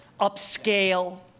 upscale